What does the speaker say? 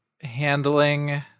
handling